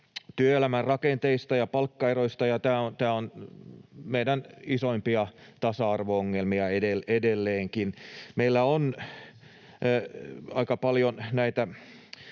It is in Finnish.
työelämän rakenteista ja palkkaeroista, ja tämä on meidän isoimpia tasa-arvo-ongelmia edelleenkin. Meillä on aika paljon näitä